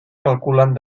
calculen